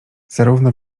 zarówno